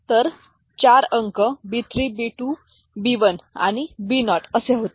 तर 4 अंकB3B2B1 आणिB0 असे होते